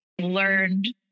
learned